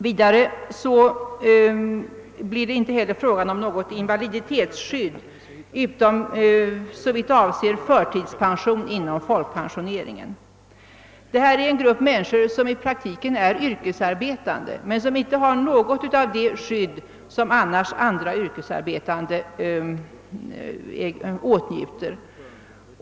Vidare blir det heller inte fråga om något invaliditetsskydd, Detta gäller en grupp människor som i praktiken är yrkesarbetande men som inte har något av det skydd som andra yrkesarbetande åtnjuter.